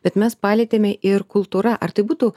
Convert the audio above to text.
bet mes palietėme ir kultūra ar tai būtų